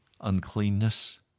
uncleanness